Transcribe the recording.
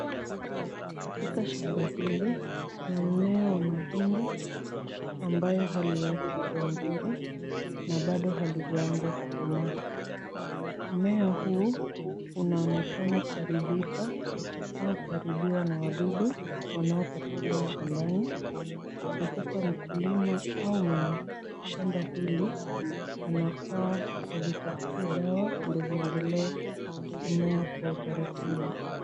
Katika shamba hili kuna mmea wa mahindi ambayo hali yake sio mzuri na bado halijaanza kukomaa. Mmea huu unaonekana kuharibika au kuharibiwa na wadudu wanaopatikana shambani na sasa mkulima au mwenye shamba hili anafaa azitafutie dawa ndio ziendelee kumea kwa utaratibu.